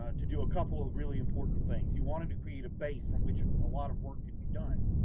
ah to do a couple of really important things. he wanted to create a base from which a lot of work could be done,